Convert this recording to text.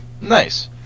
Nice